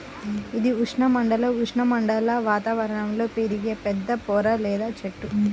ఇది ఉష్ణమండల, ఉప ఉష్ణమండల వాతావరణంలో పెరిగే పెద్ద పొద లేదా చెట్టు